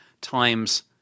times